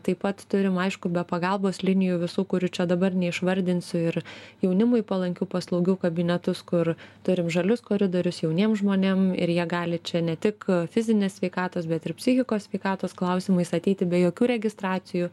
taip pat turim aišku be pagalbos linijų visų kurių čia dabar neišvardinsiu ir jaunimui palankių paslaugių kabinetus kur turim žalius koridorius jauniem žmonėm ir jie gali čia ne tik fizinės sveikatos bet ir psichikos sveikatos klausimais ateiti be jokių registracijų